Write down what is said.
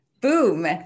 Boom